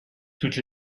toutes